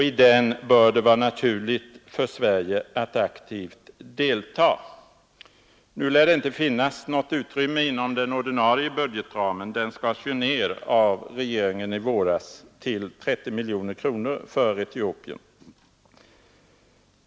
I den bör det vara naturligt för Sverige att aktivt delta. Något utrymme lär inte finnas inom den ordinarie budgetramen — den skars ju av regeringen ned i våras till 30 miljoner kronor för Etiopien.